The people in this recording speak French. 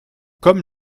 comme